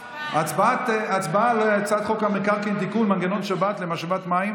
הצבעה על הצעת חוק המקרקעין (תיקון) (מנגנון שבת למשאבת מים),